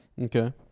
okay